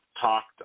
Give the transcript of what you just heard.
talked